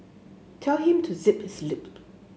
tell him to zip his lip